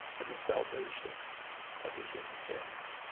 and the salvation of the human family.